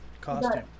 costume